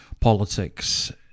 politics